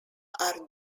are